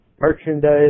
merchandise